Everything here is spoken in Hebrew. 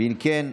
אם כן,